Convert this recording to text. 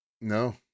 No